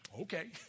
Okay